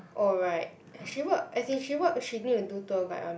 oh right she work as in she work she need to do tour guide [one]